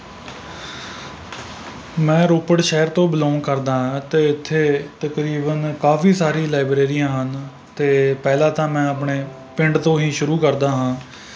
ਮੈਂ ਰੋਪੜ ਸ਼ਹਿਰ ਤੋਂ ਬਿਲੌਂਗ ਕਰਦਾ ਹਾਂ ਅਤੇ ਇੱਥੇ ਤਕਰੀਬਨ ਕਾਫੀ ਸਾਰੀ ਲਾਇਬ੍ਰੇਰੀਆਂ ਹਨ ਅਤੇ ਪਹਿਲਾਂ ਤਾਂ ਮੈਂ ਆਪਣੇ ਪਿੰਡ ਤੋਂ ਹੀ ਸ਼ੁਰੂ ਕਰਦਾ ਹਾਂ